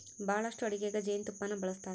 ಬಹಳಷ್ಟು ಅಡಿಗೆಗ ಜೇನುತುಪ್ಪನ್ನ ಬಳಸ್ತಾರ